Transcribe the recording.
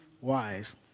wise